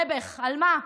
נעבעך, על מה?